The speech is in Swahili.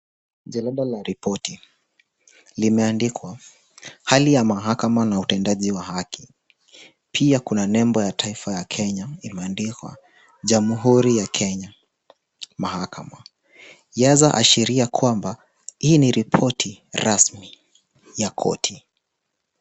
Jarada la ripoti limeandikwa hali ya mahakama na utendaji wa haki. Pia kuna nembo ya taifa ya Kenya imeandikwa Jamhuri ya Kenya mahakama. Yaza ashiria kwamba hii ni ripoti rasmi ya koti.